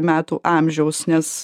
metų amžiaus nes